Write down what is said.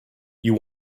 you